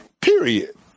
Period